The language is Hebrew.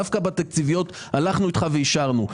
דווקא בהעברות תקציביות הלכנו אתך ואישרנו.